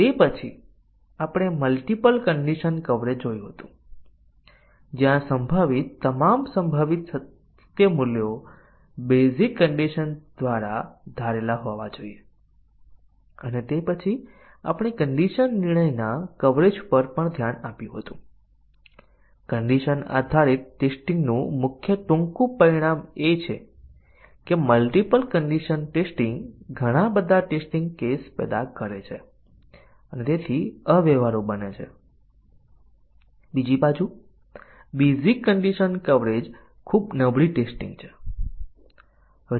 તેથી આપણે જોયું કે કંડિશન ટેસ્ટીંગ ના ઘણા પ્રકારો છે જેને એક બેઝીક કન્ડિશન ટેસ્ટીંગ કહેવામાં આવે છે જે એક સરળ ટેસ્ટીંગ છે અને અહીં આ કન્ડિશન અભિવ્યક્તિ જેવા કેટલાક નિવેદનમાં અનેક એટોમિક કન્ડિશન નો સમાવેશ થાય છે ઉદાહરણ તરીકે 10 કરતા વધારે b એ 50 કરતા ઓછી એસેટેરા અને આ ટેસ્ટીંગ બેઝીક કન્ડિશન ટેસ્ટીંગ છે